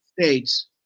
States